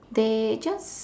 they just